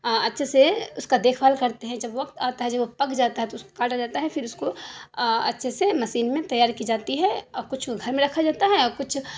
اچھے سے اس کا دیکھ بھال کرتے ہیں جب وقت آتا ہے جب وہ پک جاتا ہے تو اس کو کاٹا جاتا ہے پھر اس کو اچھے سے مسین میں تیار کی جاتی ہے اور کچھ کو گھر میں رکھا جاتا ہے اور کچھ